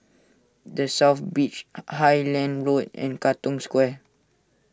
the South Beach Highland Road and Katong Square